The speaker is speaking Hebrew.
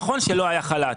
נכון שלא היה חל"ת.